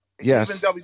yes